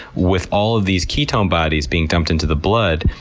with all of these ketone bodies being dumped into the blood,